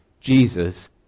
Jesus